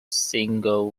single